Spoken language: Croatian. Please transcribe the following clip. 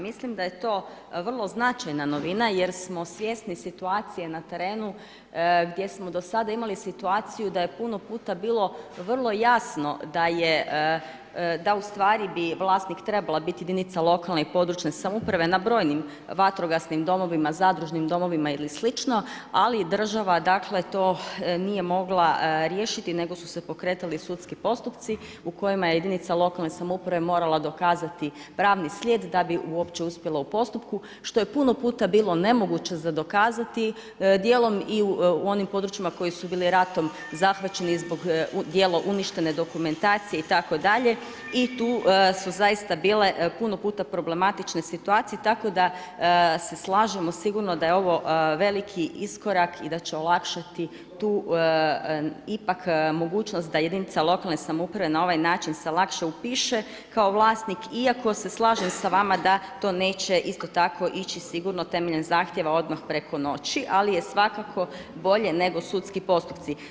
Mislim da je to vrlo značajna novina jer smo svjesni situacije na terenu gdje smo do sada imali situaciju da je puno puta bilo vrlo jasno da ustvari bi vlasnik trebala biti jedinica lokalne i područne samouprave na brojnim vatrogasnim domovima, zadružnim domovima ili slično, ali država to nije mogla riješiti nego su se pokretali sudski postupci u kojima je jedinica lokalne samouprave morala dokazati pravni slijed da bi uopće uspjela u postupku što je puno puta bilo nemoguće za dokazati, djelom i u onim područjima koji su bili ratom zahvaćeni zbog djelom uništene dokumentacije itd., i tu su zaista bile puno puta problematične situacije tako da se slažemo sigurno da je ovo veliki iskorak i da će olakšati tu mogućnost da jedinica lokalne samouprave na ovaj način se lakše upiše kao vlasnik iako se slažem s vama da to neće isto tako ići sigurno temeljem zahtjeva odmah preko noći ali je svakako bolje nego sudski postupci.